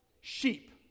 sheep